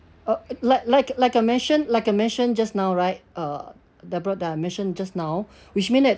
uh like like like I mentioned like I mentioned just now right uh deborah I mentioned just now which mean that